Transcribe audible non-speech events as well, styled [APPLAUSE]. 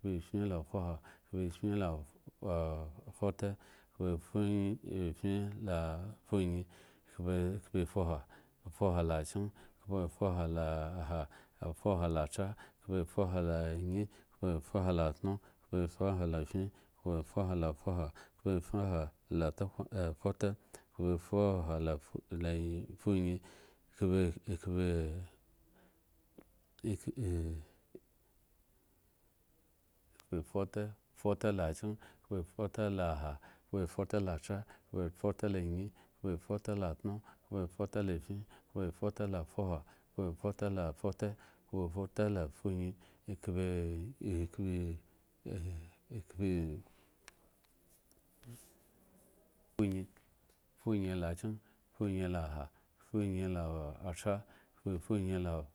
Kpafin la fuha, kpafin la [HESITATION] fute kpafin la fuyin kpa fuha fuha la kyen, kpafuha la ha kpafuha la tra kpafuha la ayin kpafuha la tuno kpafuha la fin kpafuha la fuha kpafuha la la tak a fute, kpafuha la fuyin kp ee pa [HESITATION] kpafute la kyen kpafute la ha ekpafute la tra ekpafute kpafute la ayin kpafute la tuno kpafute la fin kpafute la fuha kpafute la fute kpafute la fuyin ekp [HESITATION] fuyin fuyin la ha fuyin la tra kpafuyin la